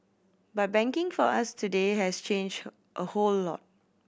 but banking for us today has changed a whole lot